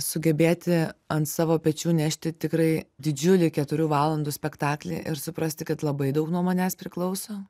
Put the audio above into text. sugebėti ant savo pečių nešti tikrai didžiulį keturių valandų spektaklį ir suprasti kad labai daug nuo manęs priklauso